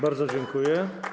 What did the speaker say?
Bardzo dziękuję.